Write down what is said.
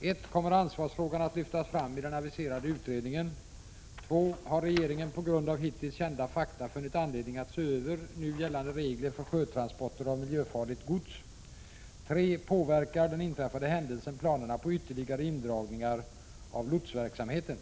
1. Kommer ansvarsfrågan att lyftas fram i den aviserade utredningen? 2. Har regeringen på grund av hittills kända fakta funnit anledning att se över nu gällande regler för sjötransporter av miljöfarligt gods? 3. Påverkar den inträffade händelsen planerna på ytterligare indragningar av lotsverksamheten?